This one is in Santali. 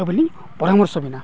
ᱟᱵᱤᱱ ᱞᱤᱧ ᱯᱚᱨᱟᱢᱚᱨᱥᱚ ᱵᱮᱱᱟ